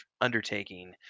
undertaking